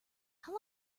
how